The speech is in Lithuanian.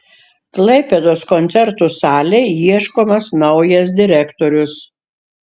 klaipėdos koncertų salei ieškomas naujas direktorius